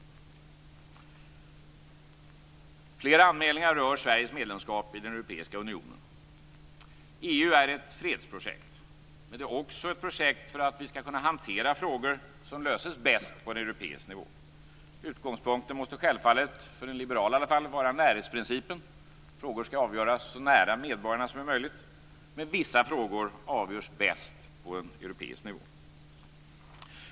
Flera anmälningar rör Sveriges medlemskap i den europeiska unionen. EU är ett fredsprojekt. Men det är också ett projekt för att kunna hantera frågor som löses bäst på europeisk nivå. Utgångspunkten måste självfallet - i alla fall för en liberal - vara närhetsprincipen, dvs. frågor skall avgöras så nära medborgarna som möjligt. Men vissa frågor avgörs bäst på europeisk nivå.